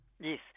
Yes